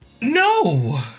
No